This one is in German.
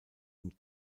und